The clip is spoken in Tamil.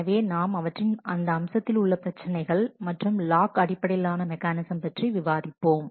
எனவே நாம் அவற்றின் அந்த அம்சத்தில் உள்ள பிரச்சினைகள் மற்றும் லாக் அடிப்படையிலான மெக்கானிசம் பற்றி விவாதிப்போம்